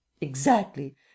Exactly